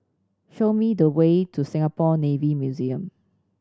show me the way to Singapore Navy Museum